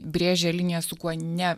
brėžia liniją su kuo ne